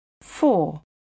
four